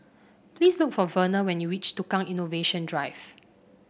please look for Verner when you reach Tukang Innovation Drive